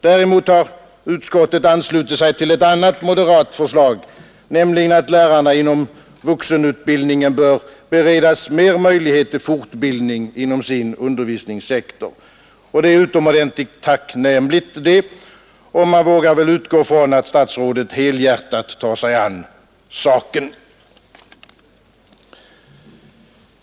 Däremot har utskottet anslutit sig till ett annat moderat förslag, nämligen att lärarna inom vuxenutbildningen bör beredas bättre möjligheter till fortbildning inom sin undervisningssektor. Det är utomordentligt tacknämligt och man vågar väl utgå ifrån att statsrådet helhjärtat tar sig an saken.